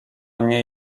nie